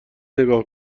نگاه